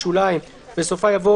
אחרי הישיבה, אזמין את ראש העיר אליי